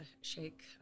shake